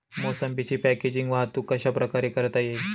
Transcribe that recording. मोसंबीची पॅकेजिंग वाहतूक कशाप्रकारे करता येईल?